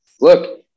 look –